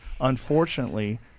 unfortunately